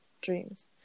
dreams